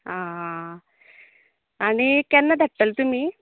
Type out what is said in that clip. आं हां हां आनी केन्ना धाडटलें तुमी